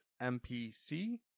MPC